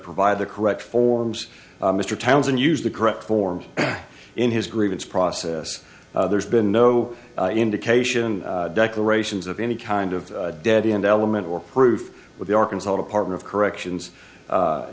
provide the correct forms mr townsend used the correct forms in his grievance process there's been no indication declarations of any kind of dead end element or proof with the arkansas department of corrections